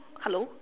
hello